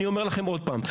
אני אומר לכם שוב,